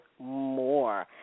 more